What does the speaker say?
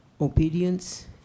obedience